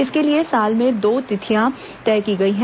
इसके लिये साल में दो तिथियां तय की गई हैं